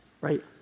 Right